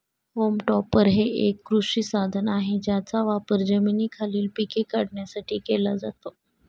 home टॉपर हे एक कृषी साधन आहे ज्याचा वापर जमिनीखालील पिके काढण्यासाठी केला जातो